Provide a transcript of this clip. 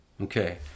Okay